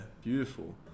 beautiful